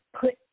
put